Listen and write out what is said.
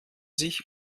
sich